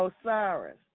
Osiris